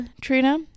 Trina